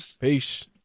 Peace